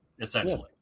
essentially